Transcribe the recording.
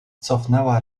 cofnęła